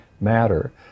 matter